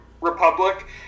Republic